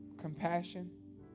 compassion